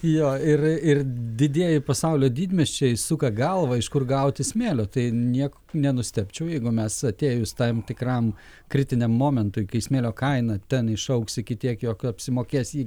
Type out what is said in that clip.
jo ir ir didieji pasaulio didmiesčiai suka galvą iš kur gauti smėlio tai niek nenustebčiau jeigu mes atėjus tam tikram kritiniam momentui kai smėlio kaina ten išaugs iki tiek jog apsimokės jį